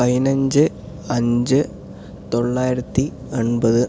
പതിനഞ്ച് അഞ്ച് തൊള്ളയിരത്തി എൺപത്